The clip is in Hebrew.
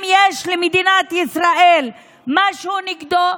אם יש למדינת ישראל משהו נגדו,